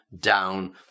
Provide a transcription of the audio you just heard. down